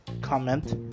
comment